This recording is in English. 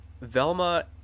Velma